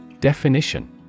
Definition